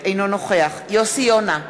אינו נוכח יוסי יונה,